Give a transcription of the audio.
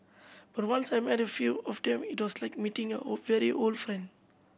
but once I met a few of them it was like meeting a very old friend